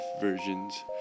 versions